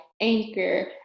Anchor